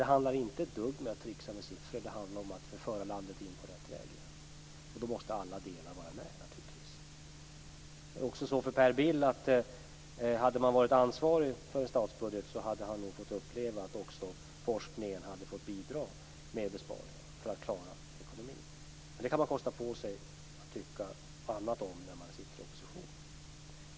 Det handlar alltså inte ett dugg om att tricksa med siffror, utan det handlar om att föra landet in på rätt väg igen. Då måste alla delar vara med naturligtvis. Om Per Bill hade varit ansvarig för en statsbudget, hade han nog också fått uppleva att forskningen hade fått bidra med besparingar för att klara ekonomin. Men detta kan man kosta på sig att tycka något annat om när man sitter i opposition.